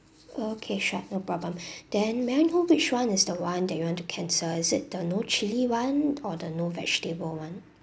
okay sure no problem then may I know which one is the one that you want to cancel is it the no chilli one or the no vegetable one